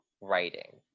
writing